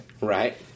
Right